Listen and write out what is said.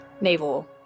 naval